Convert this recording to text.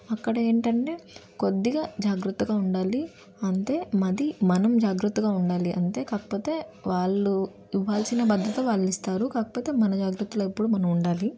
అక్కడ ఏంటంటే కొద్దిగా జాగ్రత్తగా ఉండాలి అంతే మది మనం జాగ్రత్తగా ఉండాలి అంతే కాకపోతే వాళ్ళు ఇవ్వాల్సిన భద్రత వాళ్ళు ఇస్తారు కాకపోతే మన జాగ్రత్తలో ఎప్పుడు మనము ఉండాలి